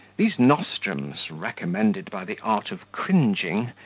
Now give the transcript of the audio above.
these nostrums, recommended by the art of cringing,